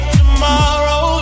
tomorrow